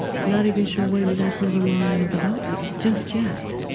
not even sure what exactly the longing's about just yet